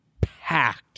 packed